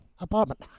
apartment